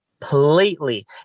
completely